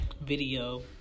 video